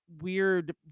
weird